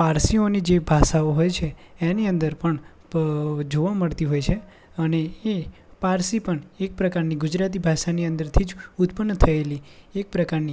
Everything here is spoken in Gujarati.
પારસીઓની જે ભાષાઓ હોય છે એની અંદર પણ પ જોવા મળતી હોય છે અને એ પારસી પણ એક પ્રકારની ગુજરાતી ભાષાની અંદરથી જ ઉત્પન્ન થયેલી એક પ્રકારની